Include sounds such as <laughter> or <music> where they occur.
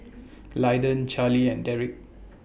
<noise> Lyndon Charlie and Derik